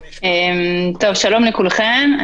שלום לכולכם,